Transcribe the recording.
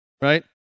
right